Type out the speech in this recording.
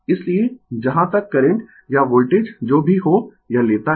इसलिए जहाँ तक करंट या वोल्टेज जो भी हो यह लेता है